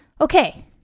Okay